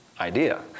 idea